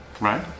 right